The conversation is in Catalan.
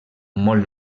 molt